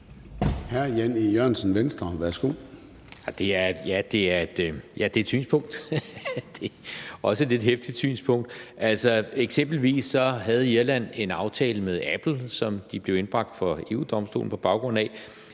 13:57 Jan E. Jørgensen (V): Det er et synspunkt, også et lidt heftigt synspunkt. Altså, eksempelvis havde Irland en aftale med Apple, som de blev indbragt for EU-Domstolen på baggrund af.